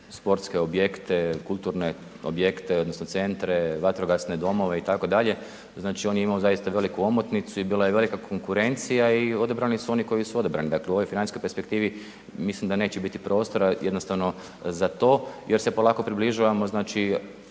sportske objekte, kulturne objekte odnosno centre, vatrogasne domove itd.. Znači on je imao zaista veliku omotnicu i bila je velika konkurencija i odabrani su oni koji su odabrani. Dakle u ovoj financijskoj perspektivi mislim da neće biti prostora jednostavno za to jer se polako približavamo znači